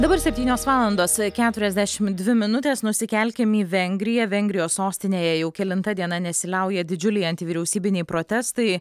dabar septynios valandos keturiasdešim dvi minutės nusikelkim į vengriją vengrijos sostinėje jau kelinta diena nesiliauja didžiuliai antivyriausybiniai protestai